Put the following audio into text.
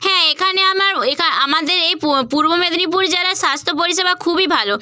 হ্যাঁ এখানে আমার আমাদের এই পূর্ব মেদিনীপুর জেলার স্বাস্থ্য পরিষেবা খুবই ভালো